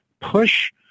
push